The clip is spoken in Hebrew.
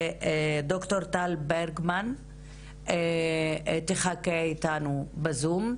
וד"ר טל ברגמן תחכה איתנו בזום.